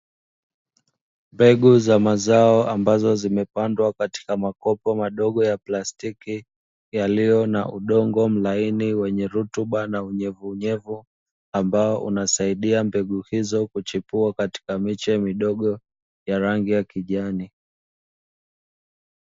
Mbegu za mazao ambazo zimepandwa katika makopo madogo ya plastiki yaliona udongo mlaini wenye rutuba na unyevunyevu, ambao unasaidia mbegu hizo kuchipua katika miche midogo ya rangi ya kijani.